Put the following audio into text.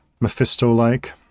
Mephisto-like